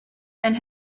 and